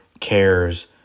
cares